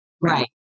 Right